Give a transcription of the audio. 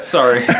Sorry